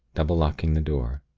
double-locking the door.